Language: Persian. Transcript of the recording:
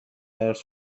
ارث